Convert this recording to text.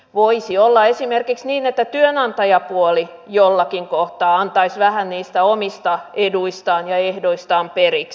voisi olla esimerkiksi niin että työnantajapuoli jollakin kohtaa antaisi vähän niistä omista eduistaan ja ehdoistaan periksi